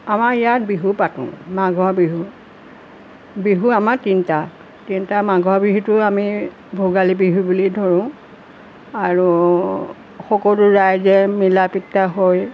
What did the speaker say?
আমাৰ ইয়াত বিহু পাতোঁ মাঘৰ বিহু বিহু আমাৰ তিনিটা তিনিটা মাঘৰ বিহুটো আমি ভোগালী বিহু বুলি ধৰোঁ আৰু সকলো ৰাইজে মিলা পিতা হৈ